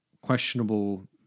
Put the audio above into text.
questionable